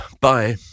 Bye